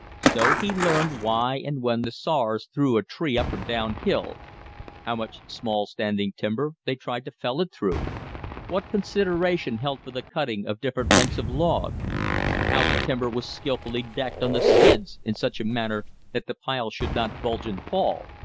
so he learned why and when the sawyers threw a tree up or down hill how much small standing timber they tried to fell it through what consideration held for the cutting of different lengths of log how the timber was skilfully decked on the skids in such a manner that the pile should not bulge and fall,